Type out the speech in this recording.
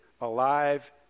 alive